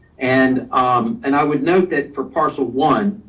and um and i would note that for parcel one.